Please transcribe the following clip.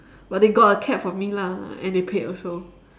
but they got a cab for me lah and they paid also